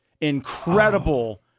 incredible